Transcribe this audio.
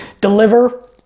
deliver